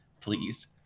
Please